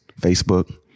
facebook